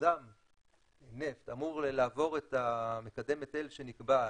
המיזם נפט אמור לעבור את מקדם ההיטל שנקבע,